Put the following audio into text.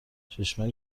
چشمک